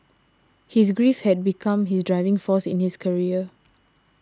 his grief had become his driving force in his career